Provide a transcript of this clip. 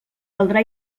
caldrà